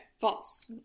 false